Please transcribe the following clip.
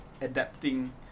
adapting